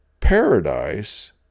paradise